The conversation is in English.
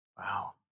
Wow